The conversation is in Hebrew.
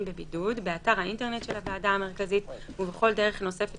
בבידוד באתר האינטרנט של הוועדה המרכזית ובכל דרך נוספת